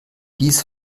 dies